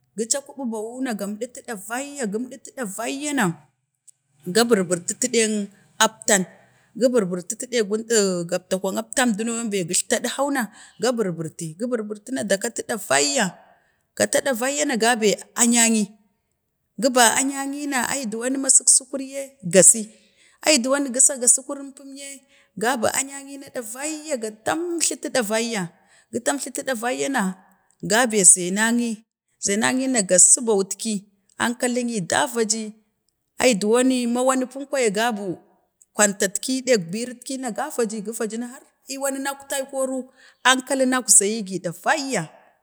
gə cakubu bawun cuho ha gan ɗatu ɗavai ya gamɗatu davaiya na, ga burbur tatu ɗet abtan, gi burburtate ɗanm gabtarik abtan duno bai kuita ədhanna, ga burburti na da kati ɗa vaiyya kate ɗavayya na ga be anyanyi goba anyanyi na ai duwan ma suk sukwar yaa ga se, ai dowun gisaga sukwan pum ye gabi anyanyi ɗavayya ga tamstati davayya gu tamstatu ɗavayya na ga be zaynynanyi, zaynynanyi na ga si ba wutki ankali bi da vasi, ai duwoni ma woni pum kwaya gabu kwaatatki dik birni nit ki na ga vadi har iwanmin aktai koru ankalin akzayi gi ɗavayya.